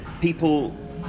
people